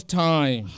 time